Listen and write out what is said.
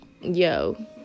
yo